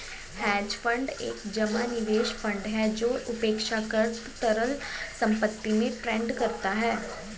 hedge fund एक जमा निवेश फंड है जो अपेक्षाकृत तरल संपत्ति में ट्रेड करता है